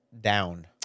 down